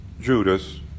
Judas